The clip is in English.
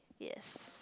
yes